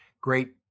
great